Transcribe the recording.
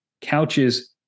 couches